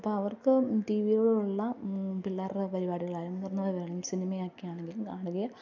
അപ്പോൾ അവര്ക്ക് ടീ വിയോടുള്ള പിള്ളാരുടെ പരിപാടികളായാലും മുതിര്ന്നവരാലും സിനിമയക്കെയാണെങ്കിലും കാണുകയോ